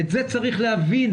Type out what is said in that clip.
את זה צריך להבין,